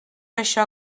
això